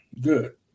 good